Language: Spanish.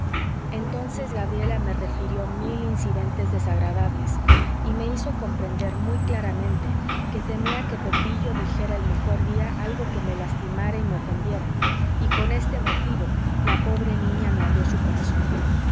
entonces gabriela me refieró mil incidentes desagradables y me hizo comprender muy claramente que temía que pepillo dijera el mejor día algo que me lastimara y me ofendiera y con este motivo la pobre niña me abrió su corazón